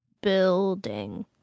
building